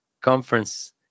conference